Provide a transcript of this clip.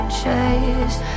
chase